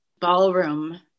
ballroom